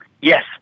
Yes